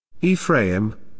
Ephraim